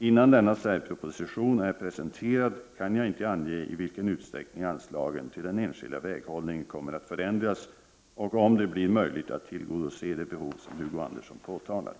Innan denna särproposition är presenterad kan jag inte ange i vilken utsträckning anslagen till den enskilda väghållningen kommer att förändras och om det blir möjligt att tillgodose de behov som Hugo Andersson påtalat.